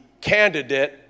candidate